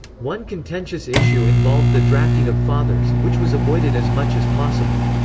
one contentious issue involved the drafting of fathers, which was avoided as much as possible.